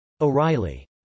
O'Reilly